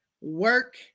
work